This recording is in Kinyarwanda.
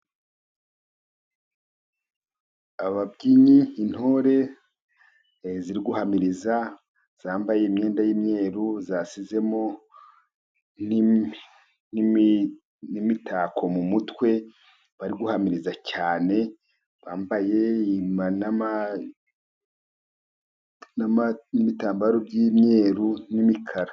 Ababyinnyi, intore, ziri guhamiriza, zambaye imyenda y'imyeru, zashyizemo n'imitako mu mutwe, bari guhamiriza cyane, bambaye n'ibitambaro by'imyeru n'imikara.